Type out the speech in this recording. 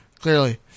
Clearly